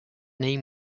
name